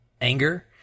anger